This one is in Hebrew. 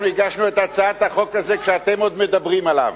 אנחנו הגשנו את הצעת החוק הזאת כשאתם עוד מדברים עליה.